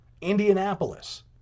Indianapolis